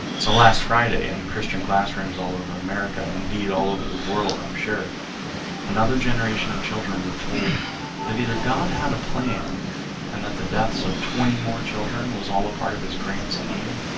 so last friday and christian classrooms all over america indeed all over the world. i'm sure another generation of children were told that either god had a plan and that the deaths of twenty more children was all a part of his grand scheme